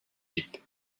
deep